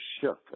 shook